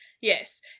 yes